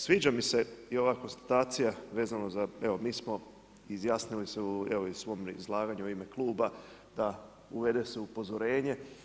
Sviđa mi se i ova konstatacija vezano za evo mi smo izjasnili se evo i u svom izlaganju u ime kluba da uvede se upozorenje.